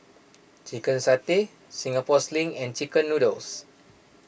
Chicken Satay Singapore Sling and Chicken Noodles